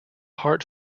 heart